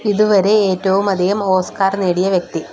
ഇതുവരെ ഏറ്റവുമധികം ഓസ്കാർ നേടിയ വ്യക്തി